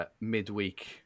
midweek